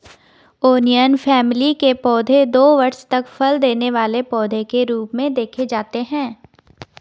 onion family के पौधे दो वर्ष तक फल देने वाले पौधे के रूप में देखे जाते हैं